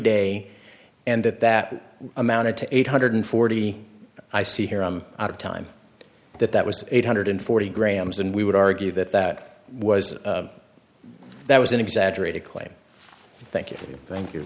day and that that amounted to eight hundred forty i see here on out of time that that was eight hundred forty grams and we would argue that that was that was an exaggerated claim thank you thank you